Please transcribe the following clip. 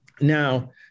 Now